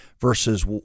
versus